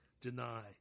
deny